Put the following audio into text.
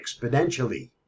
exponentially